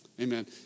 Amen